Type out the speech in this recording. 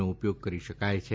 નો ઉપયોગ કરી શકાય છે